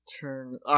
turn